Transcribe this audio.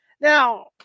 Now